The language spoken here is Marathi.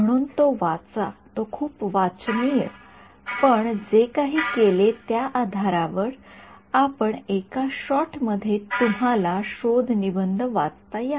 म्हणून तो वाचा तो खूप वाचनीय आपण जे काही केले त्या आधारावर आपण एका शॉट मध्ये तुम्हाला शोध निबंध वाचता यावा